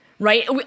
Right